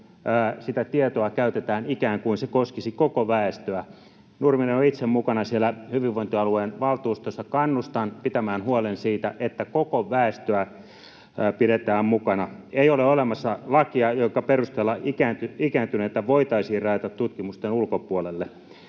sitä tietoa käytetään ikään kuin se koskisi koko väestöä. Nurminen on itse mukana siellä hyvinvointialueen valtuustossa. Kannustan pitämään huolen siitä, että koko väestöä pidetään mukana. Ei ole olemassa lakia, jonka perusteella ikääntyneitä voitaisiin rajata tutkimusten ulkopuolelle.